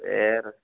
வேறு